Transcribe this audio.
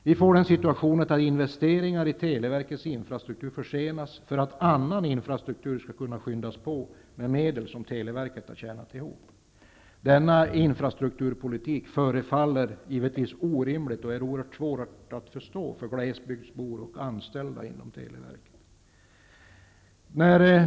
Vi får den situationen att investeringar i televerkets infrastruktur försenas för att annan infrastruktur skall kunna skyndas på med medel som televerket har tjänat ihop. Denna infrastrukturpolitik förefaller givetvis orimlig och är oerhört svår att förstå för glesbygdsbor och anställda inom televerket.